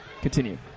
Continue